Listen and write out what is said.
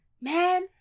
Man